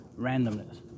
randomness